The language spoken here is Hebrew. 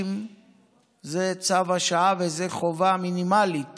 זה צו השעה וזו חובה מינימלית